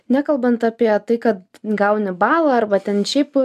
nekalbant apie tai kad gauni balą arba ten šiaip